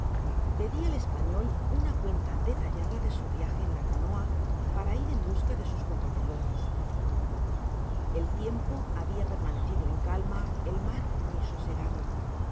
pedi al español una ctfentai dé tallada de su viaje en la canoa para ir en busca de sus compatriotas el tiempo habia permanecido en calma el mar muy sosegado en